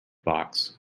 box